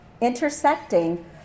intersecting